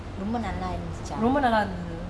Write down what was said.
ரொம்ப நல்ல இருந்துச்சி:romba nalla irunthucha !wow!